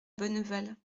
bonneval